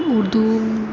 Urdu